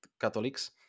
Catholics